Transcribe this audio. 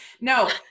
No